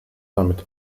damit